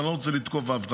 ואני לא רוצה לתקוף אף אחד,